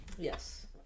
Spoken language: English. Yes